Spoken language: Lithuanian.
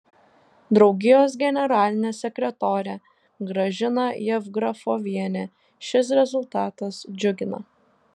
draugijos generalinę sekretorę gražiną jevgrafovienę šis rezultatas džiugina